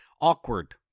awkward